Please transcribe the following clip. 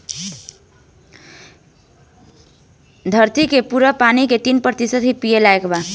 धरती के पूरा पानी के तीन प्रतिशत ही पिए लायक बा